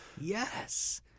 Yes